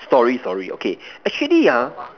story story okay actually ah